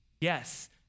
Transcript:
Yes